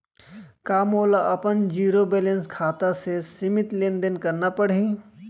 का मोला अपन जीरो बैलेंस खाता से सीमित लेनदेन करना पड़हि?